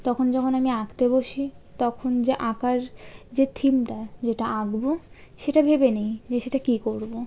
তখন যখন আমি আঁকতে বসি তখন যে আঁকার যে থিমটা যেটা আঁকবো সেটা ভেবে নেই যে সেটা কী করবো